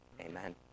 Amen